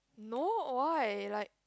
no why like